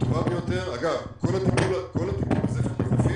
אגב, כל הטיפול בזפת החופים